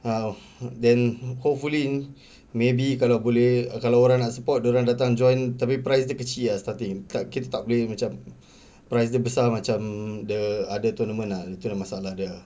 !wah! then hopefully maybe kalau boleh kalau orang nak support dia orang datang join tapi price dia kecil ah starting tak kita tak boleh macam price dia besar macam mm the other tournaments ah itu lah the masalah dia